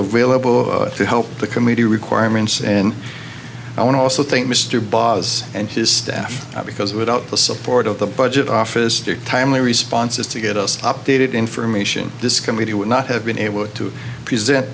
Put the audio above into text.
whalebone to help the community requirements and i want to also think mr baez and his staff because without the support of the budget office timely responses to get us updated information this committee would not have been able to present